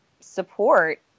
support